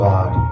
God